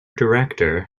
director